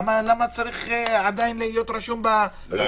למה צריך עדיין להיות רשום --- זה,